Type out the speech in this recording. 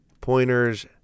pointers